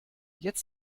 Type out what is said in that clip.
jetzt